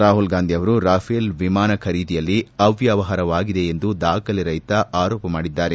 ರಾಹುಲ್ ಗಾಂಧಿ ಅವರು ರಾಫೆಲ್ ವಿಮಾನ ಖರೀದಿಯಲ್ಲಿ ಅವ್ಲವಹಾರವಾಗಿದೆ ಎಂದು ದಾಖಲೆ ರಹಿತ ಆರೋಪ ಮಾಡಿದ್ಗಾರೆ